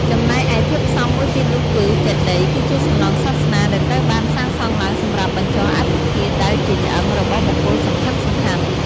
ចំណែកឯធាតុផ្សំមួយទៀតនោះគឺ ចេតិយ គឺជាសំណង់សាសនាដែលត្រូវបានសាងសង់ឡើងសម្រាប់ បញ្ចុះអដ្ឋិធាតុ ដែលជាឆ្អឹង របស់បុគ្គលសំខាន់ៗ។